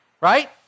right